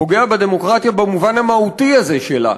פוגע בדמוקרטיה במובן המהותי הזה שלה,